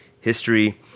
history